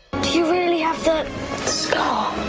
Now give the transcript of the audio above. do you really have the scar?